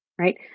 Right